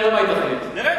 נראה מה היא תחליט, נראה.